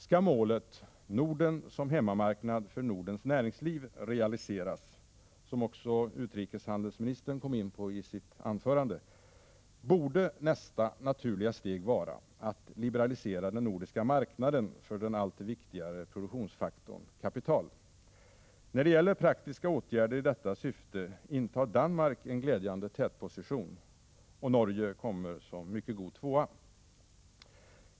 Skall målet — Norden som hemmamarknad för Nordens näringsliv — realiseras, som även utrikeshandelsministern kom in på i sitt anförande, borde nästa naturliga steg vara att liberalisera den nordiska marknaden för den allt viktigare produktionsfaktorn kapital. När det gäller praktiska åtgärder i detta syfte intar Danmark en glädjande tätposition. Norge kommer som mycket god tvåa.